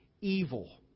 evil